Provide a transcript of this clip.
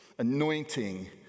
Anointing